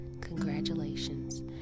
congratulations